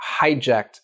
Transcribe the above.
hijacked